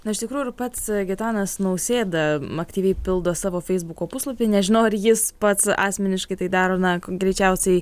na iš tikrų ir pats gitanas nausėda aktyviai pildo savo feisbuko puslapį nežinau ar jis pats asmeniškai tai daro na greičiausiai